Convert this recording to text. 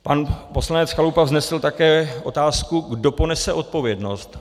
Pan poslanec Chalupa vznesl také otázku, kdo ponese odpovědnost.